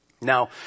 Now